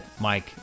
Mike